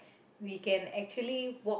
we can actually walk